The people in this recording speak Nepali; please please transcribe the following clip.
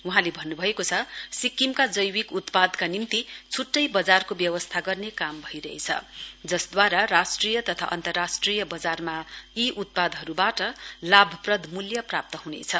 वहाँले भन्नुभएको छ सिक्किमका जैविक उत्पादका निम्ति छुट्टै बजारको व्यवस्था गर्ने काम भइरहेछ जसदूवारा राष्ट्रिय तथा अन्तर्राष्ट्रिय बजारमा यी उत्पादहरुवाट लाभप्रद मूल्य प्राप्त हुनेछ